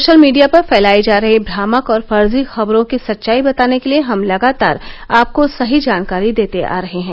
social media पर फैलाई जा रही भ्रामक और फर्जी खबरों की सच्चाई बताने के लिए हम लगातार आपको सही जानकारी देते आ रहे हैं